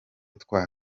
twa